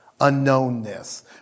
unknownness